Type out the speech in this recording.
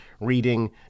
reading